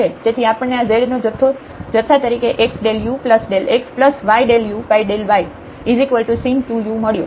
તેથી આપણને આ z નો જથ્થો તરીકે x ∂u∂xy∂u∂y sin 2 u મળ્યો